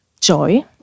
joy